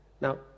Now